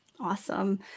Awesome